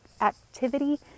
activity